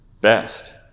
best